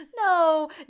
No